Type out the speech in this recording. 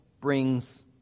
brings